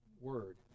Word